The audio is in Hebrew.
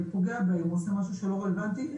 פוגע בהם או עושה משהו שהוא לא רלוונטי,